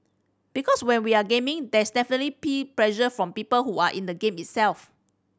because when we are gaming there is definitely peer pressure from people who are in the game itself